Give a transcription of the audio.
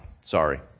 Sorry